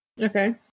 Okay